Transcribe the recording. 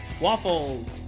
Waffles